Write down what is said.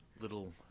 little